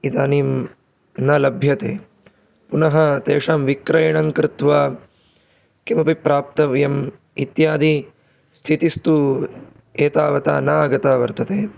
इदानीं न लभ्यते पुनः तेषां विक्रयणं कृत्वा किमपि प्राप्तव्यम् इत्यादि स्थितिस्तु एतावता नागता वर्तते